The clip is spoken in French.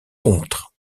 contre